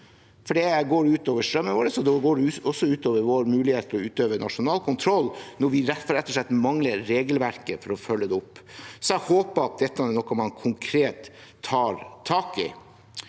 for det går ut over strømmen vår, og da går det også ut over vår mulighet til å utøve nasjonal kontroll – når vi rett og slett mangler regelverket for å følge det opp. Jeg håper at dette er noe man konkret tar tak i.